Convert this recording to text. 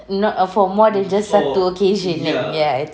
not for more than just satu occasion ya